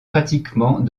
pratiquement